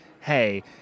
hey